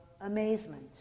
amazement